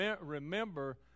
remember